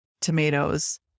tomatoes